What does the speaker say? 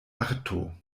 arto